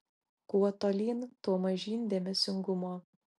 kuo tolyn tuo mažyn dėmesingumo